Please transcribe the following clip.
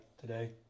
today